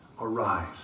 arise